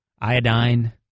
iodine